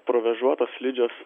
provėžotos slidžios